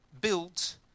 built